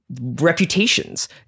reputations